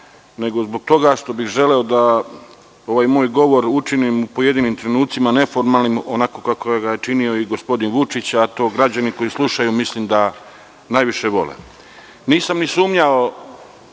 nego zbog toga što bih želeo da ovaj moj govor učinim u pojedinim trenucima neformalnim, onako kako ga je činio i gospodin Vučić, a to građani koji slušaju mislim da najviše vole. Možda do juče